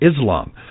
Islam